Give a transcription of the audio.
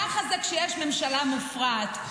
ככה זה כשיש ממשלה מופרעת,